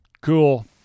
cool